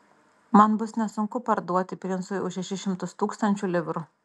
man bus nesunku parduoti princui už šešis šimtus tūkstančių livrų